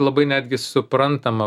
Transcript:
labai netgi suprantama